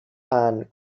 and